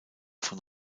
von